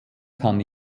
kann